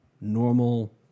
normal